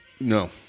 no